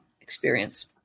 experience